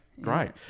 great